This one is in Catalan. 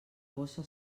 bossa